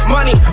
Money